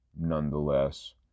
nonetheless